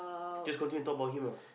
just continue to talk about him lah